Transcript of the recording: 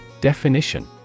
Definition